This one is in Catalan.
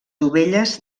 dovelles